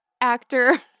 actor